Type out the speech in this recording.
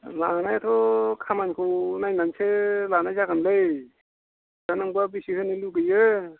लांनायाथ' खामानिखौ नायनानैसो लानाय जागोनलै दा नोंब्ला बेसे होनो लुगैयो